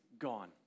gone